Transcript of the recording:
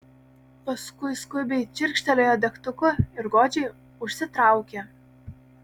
paskui skubiai čirkštelėjo degtuku ir godžiai užsitraukė